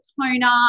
Toner